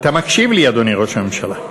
אתה מקשיב לי, אדוני ראש הממשלה?